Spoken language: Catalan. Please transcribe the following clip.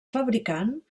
fabricant